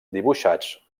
dibuixats